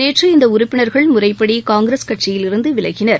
நேற்று இந்த உறுப்பினர்கள் முறைப்படி காங்கிரஸ் கட்சியிலிருந்து விலகினர்